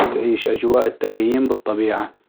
وتعيش أجواء التخييم بالطبيعة.